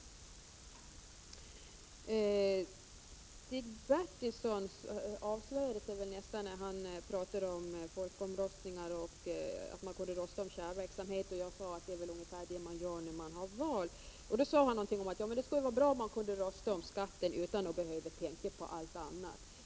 Stig Bertilsson avslöjade sig nästan när han pratade om folkomröstningar och sade att man kunde rösta om kärnverksamheten i kommunen. Jag sade att det väl ungefär är det man gör när man har val. Han sade då att det skulle vara bra om man kunde rösta om skatten utan att behöva tänka på allt annat.